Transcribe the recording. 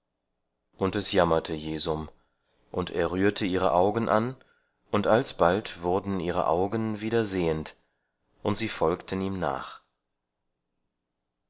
und es jammerte jesum und er rührte ihre augen an und alsbald wurden ihre augen wieder sehend und sie folgten ihm nach